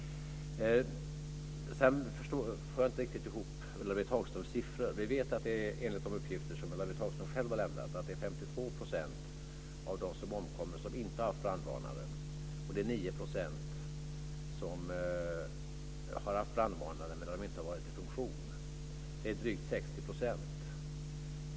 Jag får inte riktigt Ulla-Britt Hagströms siffror att gå ihop. Enligt de uppgifter som Ulla-Britt Hagström själv har lämnat har 52 % av dem som omkommer inte haft brandvarnare. 9 % har haft brandvarnare som inte har varit i funktion. Det är drygt 60 %.